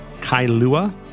Kailua